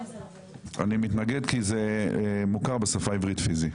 אני מתנגד כי זה מוכר בשפה העברית פיזי.